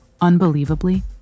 Unbelievably